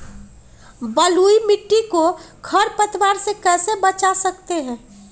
बलुई मिट्टी को खर पतवार से कैसे बच्चा सकते हैँ?